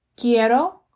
Quiero